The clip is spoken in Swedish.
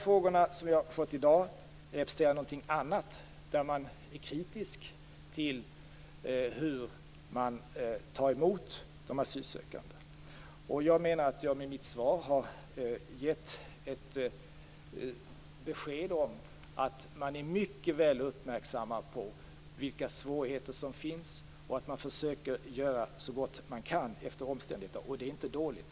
De frågor som ställts i dag representerar någonting annat. Där är man kritisk till sättet att ta emot de asylsökande. Jag menar att jag med mitt svar har gett besked om att man är mycket väl uppmärksammad på vilka svårigheter som finns. Man gör så gott man kan, alltefter omständigheterna. Detta är inte dåligt.